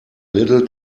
little